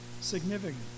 significant